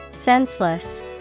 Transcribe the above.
Senseless